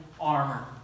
armor